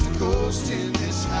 ghost in this